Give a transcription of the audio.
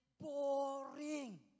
boring